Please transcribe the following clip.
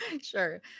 Sure